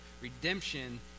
redemption